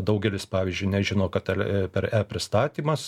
daugelis pavyzdžiui nežino kad per pristatymas